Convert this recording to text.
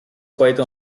quite